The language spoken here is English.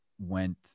went